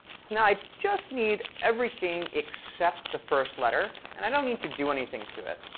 so now i just need everything except the first letter, and i don't need to do anything to it.